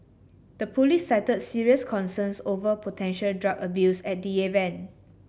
the police cited serious concerns over potential drug abuse at the event